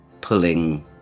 pulling